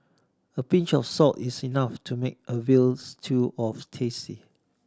a pinch of salt is enough to make a veals to of tasty